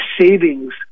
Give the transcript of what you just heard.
savings